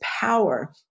power